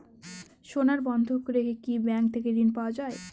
সোনা বন্ধক রেখে কি ব্যাংক থেকে ঋণ পাওয়া য়ায়?